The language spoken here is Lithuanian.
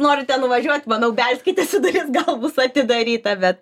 norite nuvažiuot manau belskitės į duris gal bus atidaryta bet